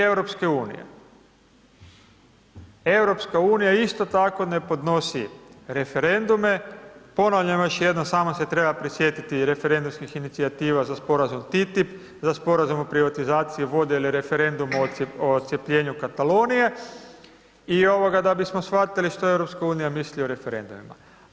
EU isto tako ne podnosi referendume, ponavljam još jednom, samo se treba prisjetiti referendumskih inicijativa za sporazum Titi, za sporazum o privatizaciji vode ili referendum o odcjepljenju Katalonije i da bismo shvatili što EU misli o referendumima.